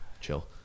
Chill